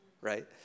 right